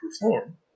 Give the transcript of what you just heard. perform